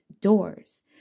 doors